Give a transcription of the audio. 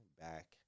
back